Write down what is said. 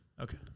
Okay